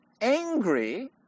angry